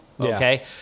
Okay